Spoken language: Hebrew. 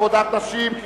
עבודת נשים (תיקון מס' 46),